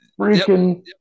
freaking